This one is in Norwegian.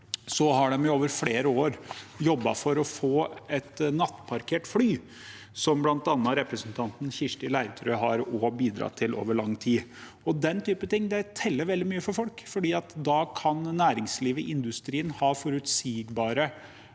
har man over flere år jobbet for å få et nattparkert fly, noe som bl.a. representanten Kirsti Leirtrø også har bidratt til over lang tid. Den typen ting teller veldig mye for folk. Da kan næringslivet og industrien ha forutsigbare